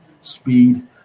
speed